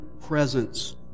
presence